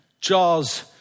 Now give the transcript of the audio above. jaws